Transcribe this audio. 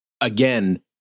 again